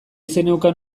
zeneukan